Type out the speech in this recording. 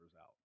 out